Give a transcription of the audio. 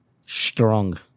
Strong